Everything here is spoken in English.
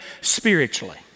spiritually